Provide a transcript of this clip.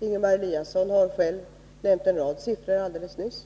Ingemar Eliasson har själv alldeles nyss nämnt en rad siffror.